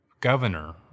governor